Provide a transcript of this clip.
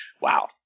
Wow